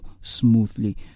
smoothly